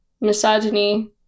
misogyny